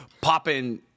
popping